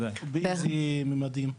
באלה ממדים?